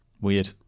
Weird